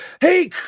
hey